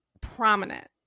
prominent